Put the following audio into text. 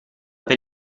per